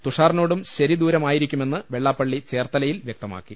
തുഷാറിനോടും ശരിദൂരമായിരിക്കുമെന്ന് വെള്ളാപ്പള്ളി ചേർത്തലയിൽ വ്യക്തമാക്കി